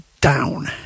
down